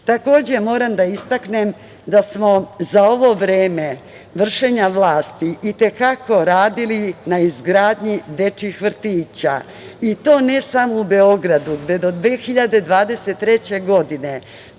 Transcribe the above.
manja. Takođe, moram da istaknem da smo za ovo vreme vršenja vlasti i te kako radili na izgradnji dečijih vrtića i to ne samo u Beogradu, gde do 2023. godine